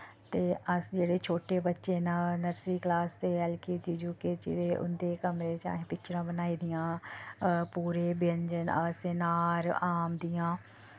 ते अस जेह्ड़े छोटे बच्चे न नर्सरी क्लास दे L K G U K G दे उंदे कमरें च असें पिक्चरां बनाई पूरे व्यंजन अ से आनार आम दियां